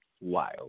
wild